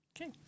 Okay